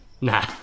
Nah